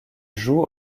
jouent